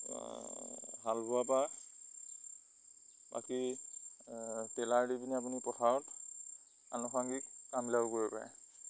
হাল বোৱাৰ পৰা বাকী টেইলাৰ দি পিনি আপুনি পথাৰত আনুসাংগিক কামবিলাকো কৰিব পাৰে